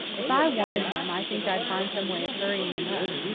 if i wanted him i think i'd find some way of hurrying him up.